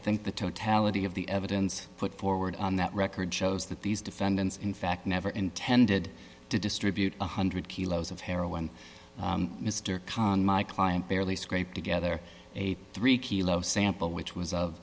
think the totality of the evidence put forward on that record shows that these defendants in fact never intended to distribute one hundred kilos of heroin mr conne my client barely scrape together a three kilos sample which was